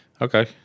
Okay